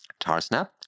Tarsnap